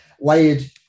layered